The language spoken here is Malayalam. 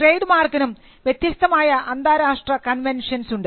ട്രേഡ് മാർക്കിനും വ്യത്യസ്തമായ അന്താരാഷ്ട്ര കൺവെൻഷൻസ് ഉണ്ട്